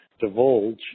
divulge